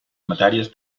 matèries